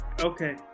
Okay